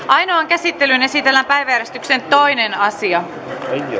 ainoaan käsittelyyn esitellään päiväjärjestyksen toinen asia